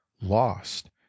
lost